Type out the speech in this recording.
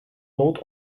noot